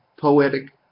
poetic